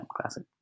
classic